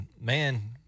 man